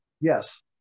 Yes